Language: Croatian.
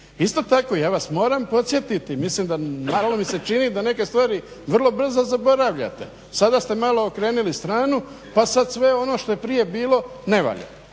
Isto tako ja vas moram podsjetiti, naravno mi se čini da neke stvari vrlo brzo zaboravljate. Sada ste malo okrenuli stranu pa sad sve ono što je prije bilo ne valja,